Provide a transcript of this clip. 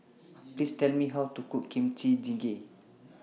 Please Tell Me How to Cook Kimchi Jjigae